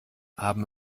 haben